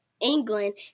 England